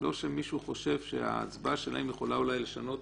לא שמישהו חושב שההצבעה שלהם יכולה אולי לשנות